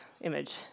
image